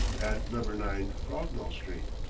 at number nine, frognall street.